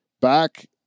Back